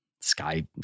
sky